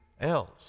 else